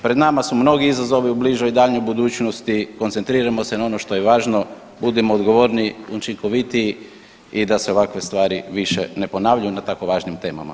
Pred nama su mnogi izazovi u bližoj i daljnjoj budućnosti, koncentrirajmo se na ono što je važno, budimo odgovorniji, učinkovitiji i da se ovakve stvari više ne ponavljaju na tako važnim temama.